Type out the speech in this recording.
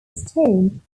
stone